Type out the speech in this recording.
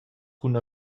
cun